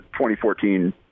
2014